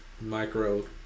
micro